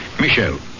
Michel